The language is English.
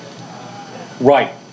right